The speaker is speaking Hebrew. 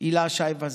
הילה שי וזאן,